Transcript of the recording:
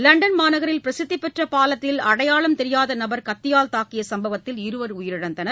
London மாநகரில் பிரச்சித்திபெற்ற பாலத்தில் அடையாளம் தெரியாத நபர் கத்தியால் தூக்கிய சம்பவத்தில் இருவர் உயிரிழந்தனர்